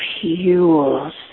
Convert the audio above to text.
fuels